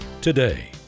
today